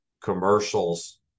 commercials